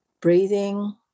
Breathing